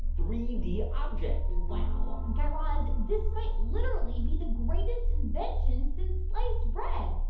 three d object wow. guy raz, this might literally be the greatest invention since sliced bread.